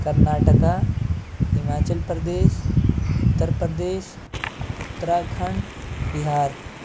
Karnataka Himachal Pradesh Uttar Pradesh Uttarakhand Bihar